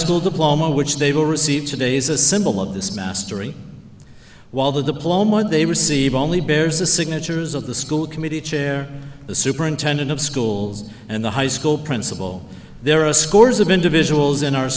school diploma which they will receive today's a symbol of this mastery while the diploma they receive only bears the signatures of the school committee chair the superintendent of schools and the high school principal there are scores of individuals in our